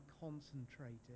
concentrated